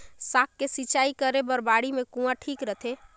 साग के सिंचाई करे बर बाड़ी मे कुआँ ठीक रहथे?